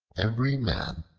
every man,